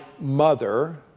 mother